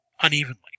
unevenly